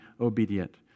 obedient